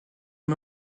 aux